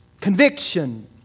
conviction